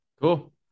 Cool